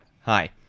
Hi